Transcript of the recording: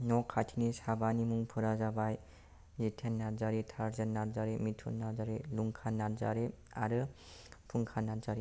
न' खाथिनि साबानि मुंफोरा जाबाय निथोन नारजारि थारजिन नारजारि मिथुन नारजारि लुंखा नारजारि आरो फुंखा नारजारि